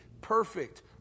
perfect